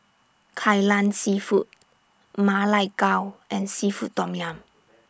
Kai Lan Seafood Ma Lai Gao and Seafood Tom Yum